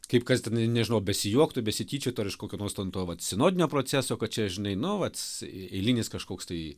kaip kas ten ir nežinau besijuoktų besityčiotų ar iš kokio nors ten to vat sinodinio proceso kad čia žinai nu vat eilinis kažkoks tai